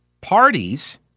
parties